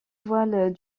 voiles